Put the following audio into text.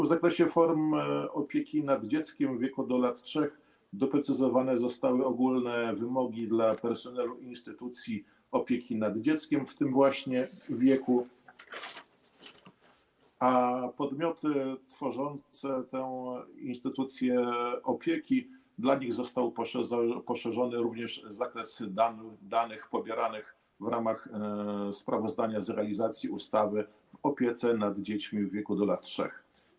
W zakresie form opieki nad dziećmi w wieku do lat 3 doprecyzowane zostały ogólne wymogi dla personelu instytucji opieki nad dziećmi w tym właśnie wieku, a jeśli chodzi o podmioty tworzące te instytucje opieki, dla nich został poszerzony również zakres danych pobieranych w ramach sprawozdania z realizacji ustawy o opiece nad dziećmi w wieku do lat 3.